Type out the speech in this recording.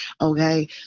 Okay